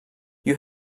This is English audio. you